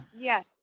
Yes